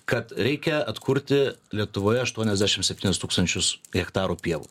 kad reikia atkurti lietuvoje aštuoniasdešimt septynis tūkstančius hektarų pievų